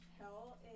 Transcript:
hell